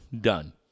done